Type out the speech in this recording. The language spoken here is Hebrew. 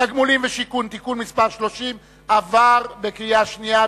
(תגמולים ושיקום) (תיקון מס' 30) עברה בקריאה שנייה.